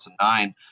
2009